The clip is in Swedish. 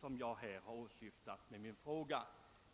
som jag har åsyftat.